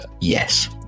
Yes